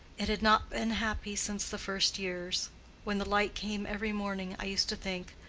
it had not been happy since the first years when the light came every morning i used to think,